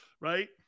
right